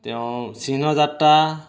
তেওঁ চিহ্ণ যাত্ৰা